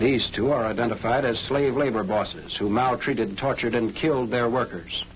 these two are identified as slave labor bosses who mounted treated tortured and killed their workers